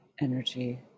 energy